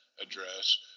address